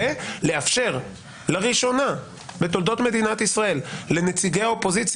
ולאפשר לראשונה בתולדות מדינת ישראל לנציגי האופוזיציה